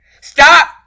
Stop